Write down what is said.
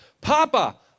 Papa